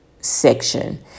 section